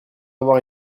avoir